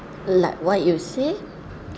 like what you say